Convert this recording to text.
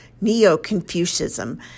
Neo-Confucianism